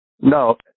No